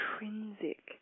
intrinsic